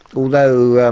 although.